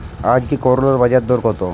আজকে করলার বাজারদর কত?